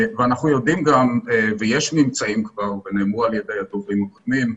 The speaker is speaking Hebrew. ואנחנו יודעים גם ויש ממצאים כבר ונאמרו על ידי הדוברים הקודמים,